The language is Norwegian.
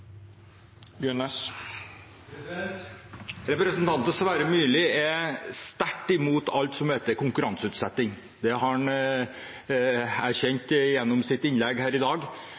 Representanten Sverre Myrli er sterkt imot alt som heter konkurranseutsetting. Det har han erkjent gjennom sitt innlegg her i dag.